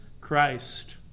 Christ